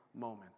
moment